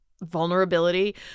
vulnerability